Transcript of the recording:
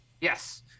Yes